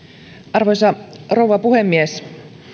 arvoisa rouva puhemies